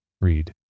Read